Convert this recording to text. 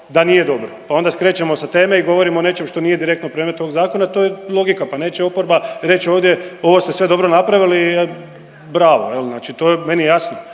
da nije dobro, pa onda skrećemo sa teme i govorimo o nečem što nije direktno predmet ovog zakona. To je logika. Pa neće oporba reći ovdje ovo ste sve dobro napravili bravo. Znači to meni je jasno.